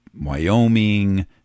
Wyoming